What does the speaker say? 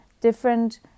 different